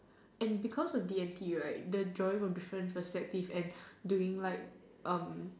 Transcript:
and because of D and T the drawing from different perspective and doing like